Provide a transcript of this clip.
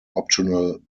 optional